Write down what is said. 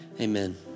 amen